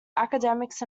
academics